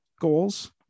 goals